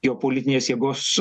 geopolitinės jėgos